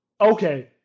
okay